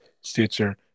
Stitcher